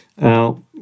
Now